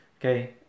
Okay